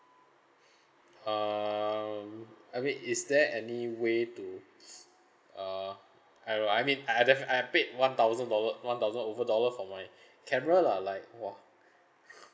um I mean is there any way to uh I will I mean I I defi~ I paid one thousand dollar one thousand over dollar for my camera lah like !wah!